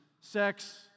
sex